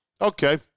Okay